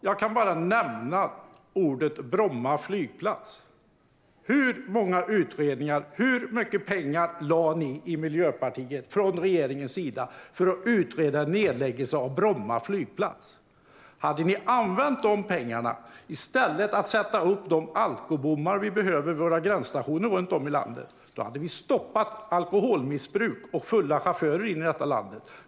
Jag kan bara nämna Bromma flygplats. Hur många utredningar gjordes, och hur mycket pengar lade ni i Miljöpartiet och regeringen på att utreda en nedläggning av Bromma flygplats? Om ni hade använt de pengarna till att i stället sätta upp de alkobommar som vi behöver vid våra gränsstationer runt om i landet hade vi stoppat alkoholmissbruk och fulla chaufförer som kör in i landet.